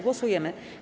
Głosujemy.